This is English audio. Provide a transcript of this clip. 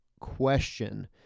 question